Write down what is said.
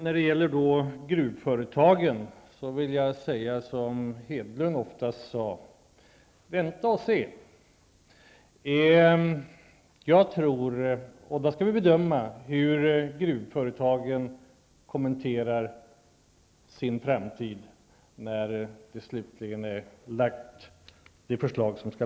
När det gäller gruvföretagen vill jag säga som Hedlund ofta sade: Vänta och se! När det förslag som skall läggas fram slutligen har presenterats får vi bedöma hur gruvföretagen kommenterar sin framtid.